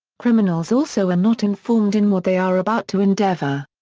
criminals also are not informed in what they are about to endeavor.